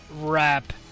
wrap